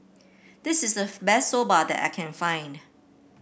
this is the best Soba that I can find